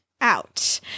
out